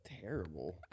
terrible